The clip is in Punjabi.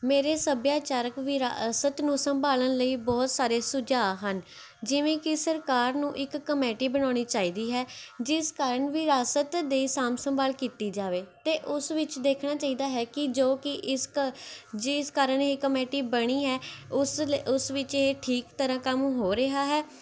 ਮੇਰੇ ਸੱਭਿਆਚਾਰਕ ਵਿਰਾਸਤ ਨੂੰ ਸੰਭਾਲਣ ਲਈ ਬਹੁਤ ਸਾਰੇ ਸੁਝਾਅ ਹਨ ਜਿਵੇਂ ਕਿ ਸਰਕਾਰ ਨੂੰ ਇੱਕ ਕਮੇਟੀ ਬਣਾਉਣੀ ਚਾਹੀਦੀ ਹੈ ਜਿਸ ਕਾਰਨ ਵਿਰਾਸਤ ਦੇ ਸਾਂਭ ਸੰਭਾਲ ਕੀਤੀ ਜਾਵੇ ਅਤੇ ਉਸ ਵਿੱਚ ਦੇਖਣਾ ਚਾਹੀਦਾ ਹੈ ਕਿ ਜੋ ਕਿ ਇਸ ਕ ਜਿਸ ਕਾਰਨ ਇਹ ਕਮੇਟੀ ਬਣੀ ਹੈ ਉਸ ਲ ਉਸ ਵਿੱਚ ਇਹ ਠੀਕ ਤਰ੍ਹਾਂ ਕੰਮ ਹੋ ਰਿਹਾ ਹੈ